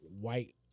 white